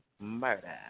murder